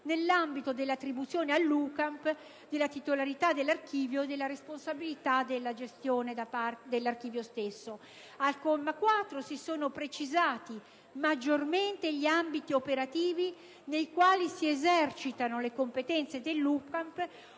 nell'ambito dell'attribuzione all'UCAMP della titolarità dell'archivio e della responsabilità della gestione dello stesso. Al comma 4 si sono precisati maggiormente gli ambiti operativi nei quali si esercitano le competenze dell'UCAMP,